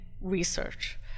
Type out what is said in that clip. research